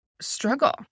struggle